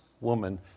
woman